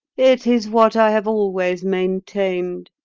it is what i have always maintained,